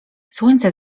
słońce